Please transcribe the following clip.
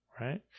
right